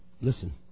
Listen